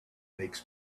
makes